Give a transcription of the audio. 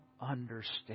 understand